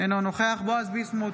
אינו נוכח בועז ביסמוט,